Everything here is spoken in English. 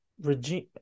Regime